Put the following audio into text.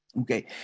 Okay